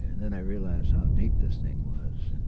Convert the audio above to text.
and i realized how deep this thing was